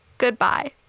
goodbye